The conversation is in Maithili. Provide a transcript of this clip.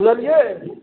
बुझलिए